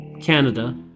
Canada